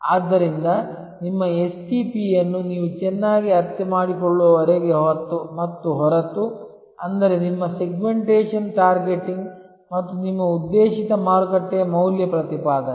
ಆದ್ದರಿಂದ ನಿಮ್ಮ STP ಯನ್ನು ನೀವು ಚೆನ್ನಾಗಿ ಅರ್ಥಮಾಡಿಕೊಳ್ಳುವವರೆಗೆ ಮತ್ತು ಹೊರತು ಅಂದರೆ ನಿಮ್ಮ ಸೆಗ್ಮೆಂಟೇಶನ್ ಟಾರ್ಗೆಟಿಂಗ್ ಮತ್ತು ನಿಮ್ಮ ಉದ್ದೇಶಿತ ಮಾರುಕಟ್ಟೆಯ ಮೌಲ್ಯ ಪ್ರತಿಪಾದನೆ